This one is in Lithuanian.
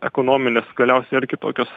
ekonominės galiausia ir kitokios